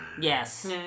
Yes